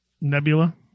Nebula